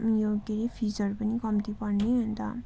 यो के फिजहरू पनि कम्ती पर्ने अन्त